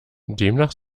demnach